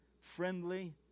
friendly